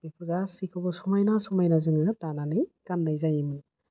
बेफोर गासैखौबो समायना समायना जोङो दानानै गाननाय जायोमोन